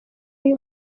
iyo